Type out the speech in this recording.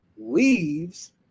leaves